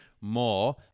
more